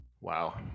Wow